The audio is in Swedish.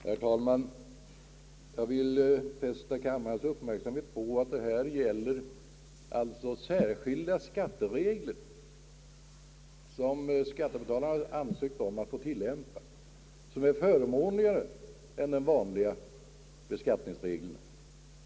Herr talman! Jag vill fästa kammarens uppmärksamhet på att det här gäller särskilda skatteregler, som skattebetalare ansökt om att få tillämpade och som är förmånligare än de vanliga beskattningsreglerna.